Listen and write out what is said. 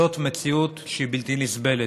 וזאת מציאות שהיא בלתי נסבלת.